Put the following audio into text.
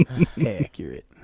accurate